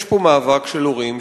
יש פה מאבק של הורים,